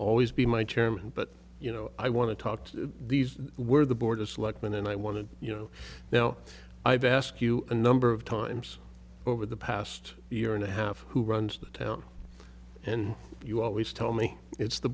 always be my chairman but you know i want to talk to these were the board of selectmen and i want to you know now i've asked you a number of times over the past year and a half who runs the town and you always tell me it's the